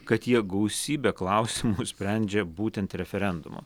kad jie gausybę klausimų sprendžia būtent referendumu